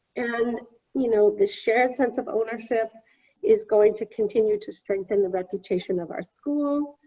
and you know, the shared sense of ownership is going to continue to strengthen the reputation of our school.